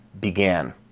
began